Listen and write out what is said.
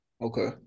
okay